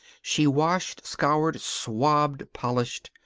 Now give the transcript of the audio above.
she washed, scoured, swabbed, polished.